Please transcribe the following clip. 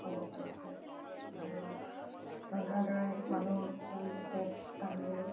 হ'ব পাৰিছে আৰু ৰন্ধাৰ দ্বাৰাই মানুহজন চেফ নামেৰেও